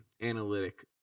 analytic